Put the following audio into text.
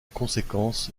conséquence